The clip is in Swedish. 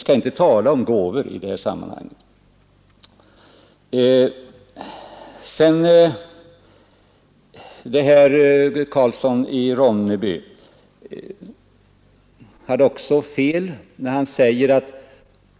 Vi skall alltså inte tala om gåvor i det här sammanhanget.